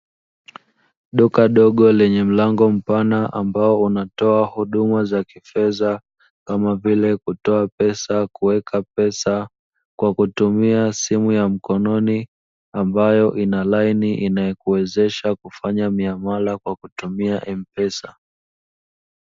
Duka dogo lenye mlango mpana, ambao unatoa huduma za kifedha, kama vile kutoa pesa, kuweka pesa; kwa kutumia simu ya mkononi, ambayo ina laini inayokuwezesha kufanya miamala kwa kutumia "M-pesa" .